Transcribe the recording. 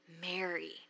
Mary